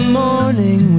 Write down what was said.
morning